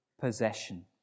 possession